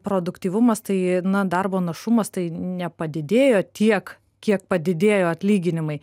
produktyvumas tai na darbo našumas tai nepadidėjo tiek kiek padidėjo atlyginimai